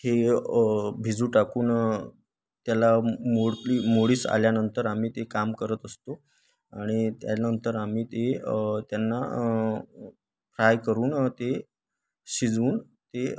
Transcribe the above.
हे भिजू टाकून त्याला मोडली मोडीस आल्यानंतर आम्ही ते काम करत असतो आणि त्यानंतर आम्ही ते त्यांना फ्राय करून ते शिजवून ते